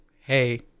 Hey